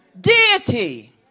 Deity